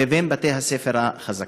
לבין בתי-הספר החזקים?